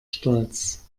stolz